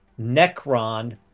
Necron